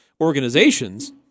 organizations